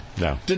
No